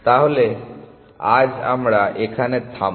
তাহলে আজ আমরা এখানে থামব